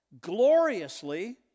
gloriously